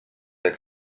der